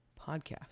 podcast